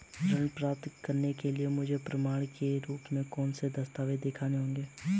ऋण प्राप्त करने के लिए मुझे प्रमाण के रूप में कौन से दस्तावेज़ दिखाने होंगे?